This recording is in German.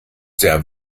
sehr